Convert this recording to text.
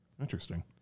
interesting